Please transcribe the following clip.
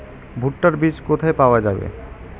ভুট্টার বিজ কোথায় পাওয়া যাবে?